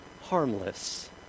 harmless